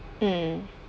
mm